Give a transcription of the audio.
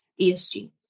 ESG